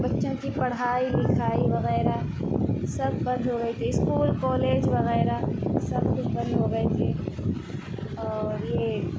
بچوں کی پڑھائی لکھائی وغیرہ سب بند ہو گئی تھی اسکول کالج وغیرہ سب کچھ بند ہو گئے تھے اور یہ